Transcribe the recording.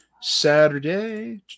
Saturday